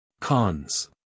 Cons